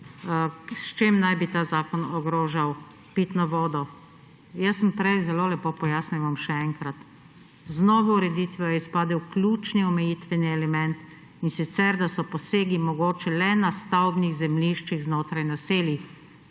s čim naj bi ta zakon ogrožal pitno vodo. Jaz sem prej zelo lepo pojasnila in bom še enkrat: z novo ureditvijo je izpadel ključni omejitveni element, in sicer da so posegi mogoči le na stavbnih zemljiščih znotraj naselij.